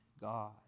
God